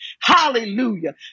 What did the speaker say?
Hallelujah